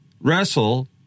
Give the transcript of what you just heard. wrestle